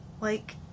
Like-